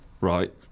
right